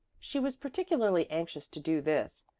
she was particularly anxious to do this,